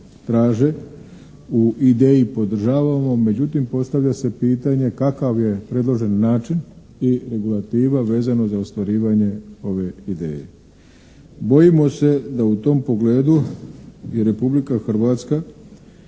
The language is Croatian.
u ideji podržavamo. Međutim, postavlja se pitanje kakav je predložen način i regulativa vezano za ostvarivanje ove ideje. Bojimo se da je u tom pogledu i Republika Hrvatska